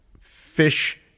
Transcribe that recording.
fish